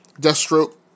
Deathstroke